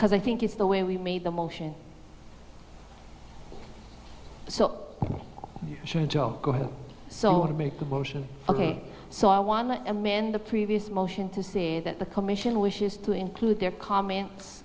because i think it's the way we made the motion so joe so to make a motion ok so i want to amend the previous motion to say that the commission wishes to include their comments